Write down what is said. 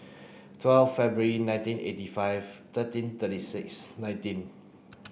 twelve February nineteen eighty five thirteen thirty six nineteen